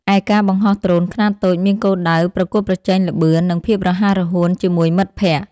ឯការបង្ហោះដ្រូនខ្នាតតូចមានគោលដៅប្រកួតប្រជែងល្បឿន និងភាពរហ័សរហួនជាមួយមិត្តភក្តិ។